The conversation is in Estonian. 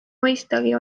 mõistagi